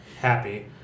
Happy